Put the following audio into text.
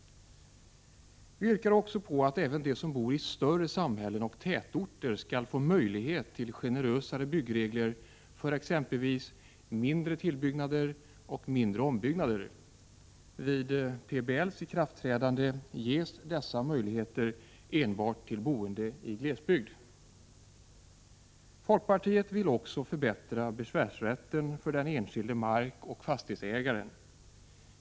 Vi yrkade också på att även de som bor i större samhällen och tätorter skall få möjlighet till generösare byggregler för exempelvis mindre tillbyggnader och mindre ombyggnader. Vid PBL:s ikraftträdande ges dessa möjligheter enbart till boende i glesbygd. Folkpartiet vill också förbättra besvärsrätten för den enskilde markoch fastighetsägaren.